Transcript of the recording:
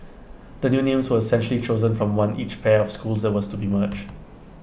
the new names were essentially chosen from one each pair of schools that was to be merged